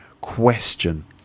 Question